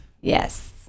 Yes